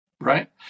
right